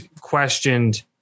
questioned